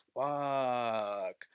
fuck